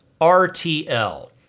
RTL